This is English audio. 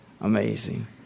Amazing